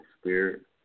Spirit